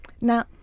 Now